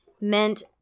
meant